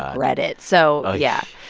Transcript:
regret it. so yeah.